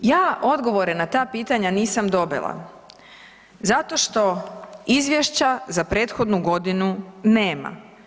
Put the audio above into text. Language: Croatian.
Ja odgovorena ta pitanja nisam dobila, zato što izvješća za prethodnu godinu nema.